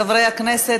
חברי הכנסת,